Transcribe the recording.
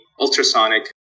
ultrasonic